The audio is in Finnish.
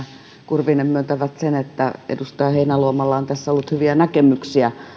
kurvinen myöntävät sen että edustaja heinäluomalla on tässä ollut hyviä näkemyksiä